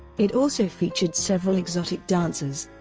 it also featured several exotic dancers,